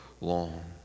long